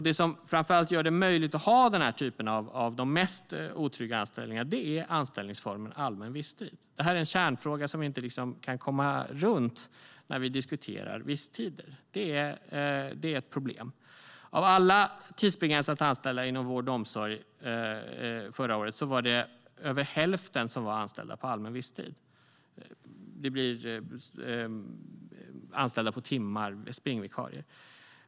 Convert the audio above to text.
Det som framför allt gör det möjligt att ha den här typen av de mest otrygga anställningarna är anställningsformen allmän visstid. Det här är en kärnfråga som vi inte kan komma runt när vi diskuterar visstider. Det är ett problem. Av alla tidsbegränsat anställda inom vård och omsorg var det förra året över hälften som var anställda på allmän visstid. De var anställda på timmar och som springvikarier.